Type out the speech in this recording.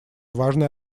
важный